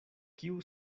kiu